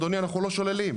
אדוני, אנחנו לא שוללים.